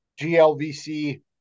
GLVC